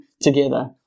together